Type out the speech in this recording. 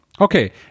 Okay